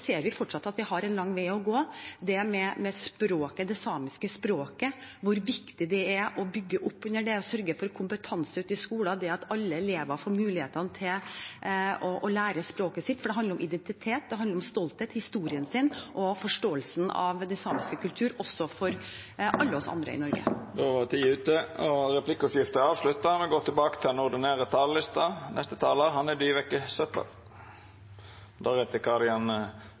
Vi ser at vi fortsatt har en lang vei å gå når det gjelder det samiske språket – hvor viktig det er å bygge opp under det og sørge for kompetanse i skolene, at alle elever får mulighet til å lære språket sitt, for det handler om identitet, det handler om stolthet, om historie og om forståelsen av den samiske kulturen også for alle oss andre i Norge. Replikkordskiftet er omme. Først må jeg si at med de holdningene som både statsråden og flertallet i komiteen legger til